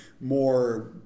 more